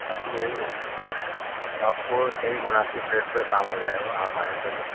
اب یہ آپ کو صحیح مناسب ریٹ پہ کام ہو جائے گا آپ آئیں پہلے